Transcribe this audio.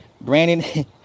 Brandon